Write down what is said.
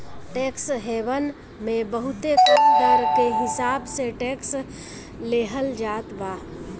tax haven मे बहुते कम दर के हिसाब से टैक्स लेहल जात बा